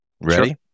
Ready